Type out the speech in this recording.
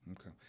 Okay